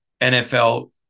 NFL